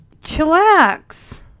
chillax